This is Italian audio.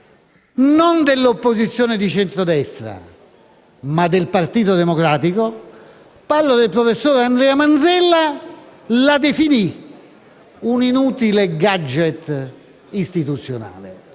non dell'opposizione di centrodestra, ma del Partito Democratico (parlo del professor Andrea Manzella), lo definì un'inutile *gadget* istituzionale,